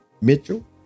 Mitchell